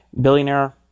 billionaire